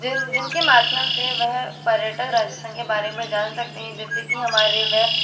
जिन जिनके माध्यम से वह पर्यटक राजस्थान के बारे में जान सकते हैं जैसे कि हमारे वह